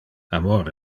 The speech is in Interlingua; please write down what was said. amor